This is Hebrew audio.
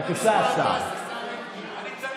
השר אלקין,